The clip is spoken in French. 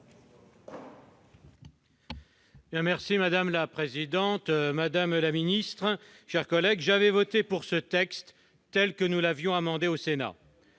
vote. Madame la présidente, madame la ministre, mes chers collègues, j'avais voté pour ce texte, tel que nous l'avions amendé au Sénat.